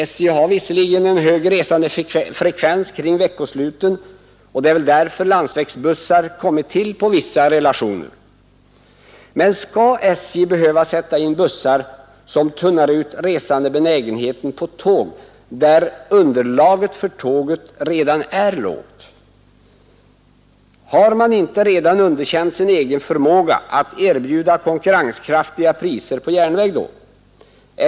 SJ har visserligen en hög resandefrekvens kring veckosluten och det är väl därför landsvägsbussar kommit till på vissa sträckor, men skall SJ behöva sätta in bussar som tunnar ut resandebenägenheten på tåg där underlaget för tåget redan är lågt? Har man inte redan underkänt sin egen förmåga att erbjuda konkurrenskraftiga priser på järnväg då?